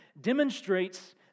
demonstrates